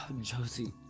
Josie